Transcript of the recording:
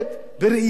בראיונות,